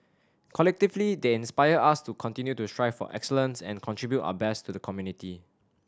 collectively they inspire us to continue to strive for excellence and contribute our best to the community